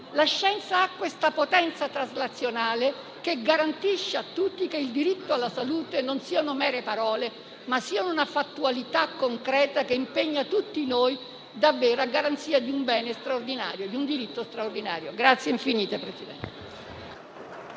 La scienza ha questa potenza traslazionale che garantisce a tutti che il diritto alla salute non sia solo una semplice parola, ma sia un fatto concreto che impegna tutti noi davvero a garanzia di un bene straordinario, di un diritto straordinario.